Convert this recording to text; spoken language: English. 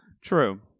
True